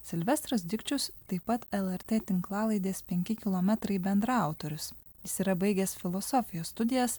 silvestras dikčius taip pat lrt tinklalaidės penki kilometrai bendraautoris jis yra baigęs filosofijos studijas